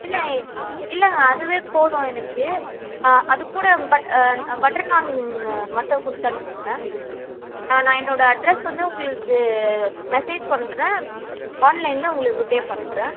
இல்லை இல்லைங்க அதுவே போதும் எனக்கு ஆ அதுக்கூட பட் பட்டர் நாண் மட்டும் கொடுத்தனுப்புங்க ஆ நான் என்னோடய அட்ரஸ் வந்து உங்களுக்கு மெசேஜ் பண்ணுறேன் ஆன்லைனில் உங்களுக்கு பே பண்ணுறேன்